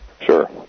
Sure